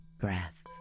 breath